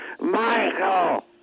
Michael